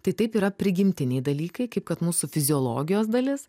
tai taip yra prigimtiniai dalykai kaip kad mūsų fiziologijos dalis